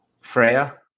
Freya